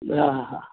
हा हा